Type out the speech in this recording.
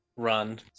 run